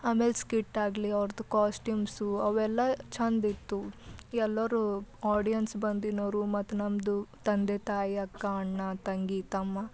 ಆಮೇಲೆ ಸ್ಕಿಟ್ ಆಗಲಿ ಅವ್ರದು ಕಾಸ್ಟ್ಯೂಮ್ಸು ಅವೆಲ್ಲ ಚೆಂದ ಇತ್ತು ಎಲ್ಲರು ಆಡಿಯನ್ಸ್ ಬಂದಿದೋವ್ರು ಮತ್ತು ನಂದು ತಂದೆ ತಾಯಿ ಅಕ್ಕ ಅಣ್ಣ ತಂಗಿ ತಮ್ಮ